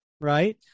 Right